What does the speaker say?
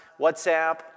WhatsApp